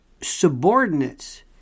subordinates